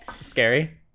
Scary